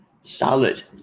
Solid